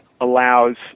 Allows